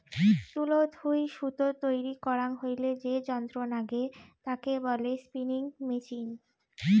তুলো থুই সুতো তৈরী করাং হইলে যে যন্ত্র নাগে তাকে বলে স্পিনিং মেচিন